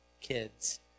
kids